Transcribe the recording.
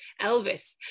Elvis